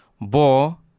Bo